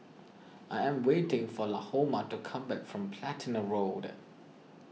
I am waiting for Lahoma to come back from Platina Road